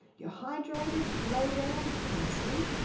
you're hydrated, lay there, can't sleep,